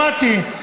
שמעתי.